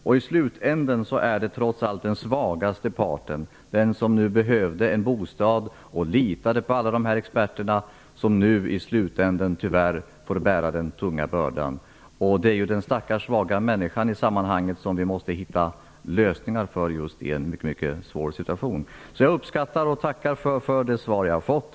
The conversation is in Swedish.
I slutändan är det tyvärr trots allt den svagaste parten, den som behövde en bostad och litade på alla experterna, som får bära den tunga bördan. Det är den stackars svaga människan som vi måste hitta lösningar för i en mycket svår situation. Jag uppskattar och tackar för det svar jag har fått.